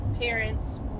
parents